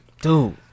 Dude